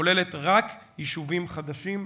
וכוללת רק יישובים חדשים.